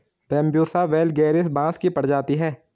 Bambusa vulgaris बाँस की प्रजाति है